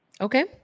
Okay